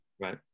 right